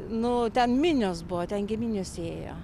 nu ten minios buvo ten gi minios ėjo